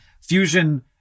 Fusion